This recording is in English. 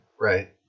Right